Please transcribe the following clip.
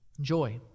joy